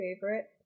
favorite